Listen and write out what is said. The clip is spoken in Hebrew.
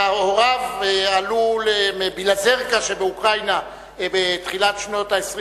הוריו עלו מבילוזורקה שבאוקראינה בתחילת שנות ה-20